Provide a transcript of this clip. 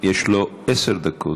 יש לו עשר דקות.